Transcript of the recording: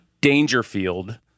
Dangerfield